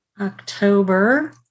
October